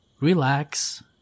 Relax